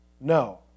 No